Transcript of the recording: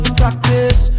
practice